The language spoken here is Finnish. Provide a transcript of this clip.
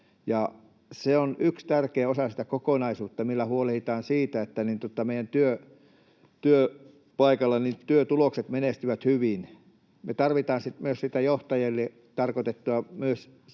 se on yksi tärkeä osa sitä kokonaisuutta, millä huolehditaan siitä, että meidän työpaikalla työtulokset menestyvät hyvin. Me tarvitaan sitten myös sitä johtajille tarkoitettua, myös